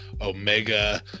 omega